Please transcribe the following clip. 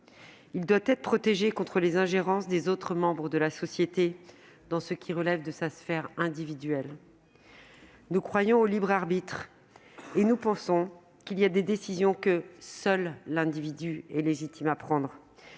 Il doit être protégé contre les ingérences d'autres membres de la société dans ce qui relève de sa sphère individuelle. Nous croyons au libre arbitre et nous pensons qu'il y a des décisions que seul l'individu a la légitimité de prendre,